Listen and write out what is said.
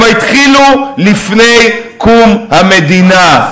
הם התחילו לפני קום המדינה.